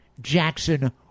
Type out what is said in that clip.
Jackson